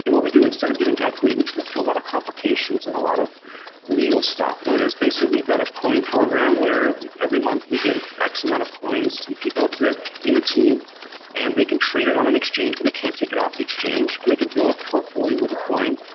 and what we do instead of giving equity, which leads to a lot of complications and a lot of legal stuff and it's basically we've got a coin program where every month we give x amount of coins to people in the team and they can trade it on an exchange, but they can't take it off the exchange. and they could build up a portfolio with the coin,